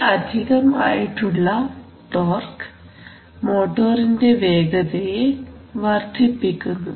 ഈ അധികം ആയിട്ടുള്ള ടോർഘ് മോട്ടോറിന്റെ വേഗതയെ വർദ്ധിപ്പിക്കുന്നു